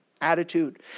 attitude